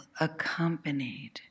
accompanied